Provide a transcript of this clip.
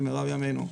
במהרה בימינו.